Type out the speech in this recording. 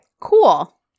Cool